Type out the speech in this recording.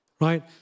Right